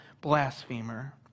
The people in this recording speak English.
blasphemer